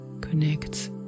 connects